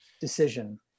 decision